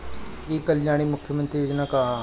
ई कल्याण मुख्य्मंत्री योजना का है?